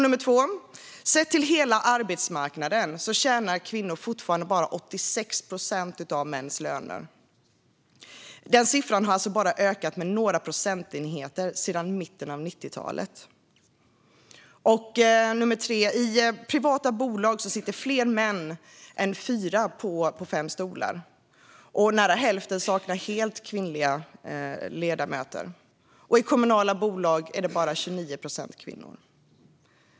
Sett till hela arbetsmarknaden tjänar kvinnor bara 86 procent av mäns löner. Siffran har bara ökat med några procentenheter sedan mitten av 90-talet. I privata bolag sitter män på fyra av fem stolar. Nära hälften saknar helt kvinnliga ledamöter. I kommunala bolag är 29 procent kvinnor.